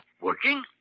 Working